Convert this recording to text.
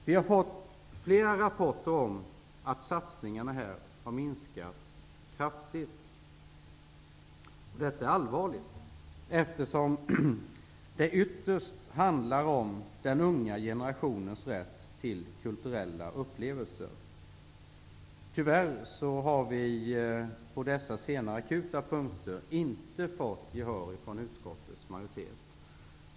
Vi har fått flera rapporter om att satsningarna här har minskat kraftigt. Detta är allvarligt, eftersom det ytterst handlar om den unga generationens rätt till kulturella upplevelser. Tyvärr har vi på dessa senare, akuta punkter inte fått gehör hos utskottets majoritet.